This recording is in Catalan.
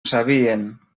sabien